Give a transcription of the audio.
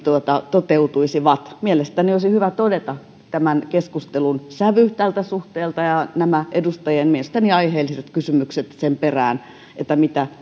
toteutuisivat mielestäni olisi hyvä todeta tämän keskustelun sävy tältä suhteelta ja nämä edustajien mielestäni aiheelliset kysymykset sen perään mitä